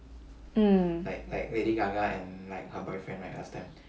mm